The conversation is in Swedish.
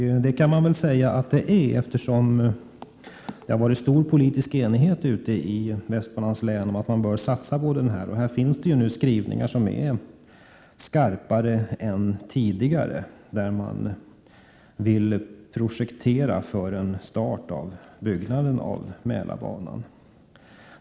Det kan man säga, eftersom det har rått en bred politisk enighet i Västmanlands län om att man bör satsa på Mälarbanan. I betänkandet finns skrivningar som är skarpare än de som förekommit tidigare. Det sägs att man vill projektera för en start av byggandet av Mälarbanan.